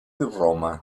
roma